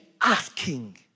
asking